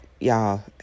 y'all